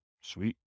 Sweet